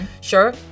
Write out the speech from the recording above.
Sure